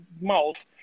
mouth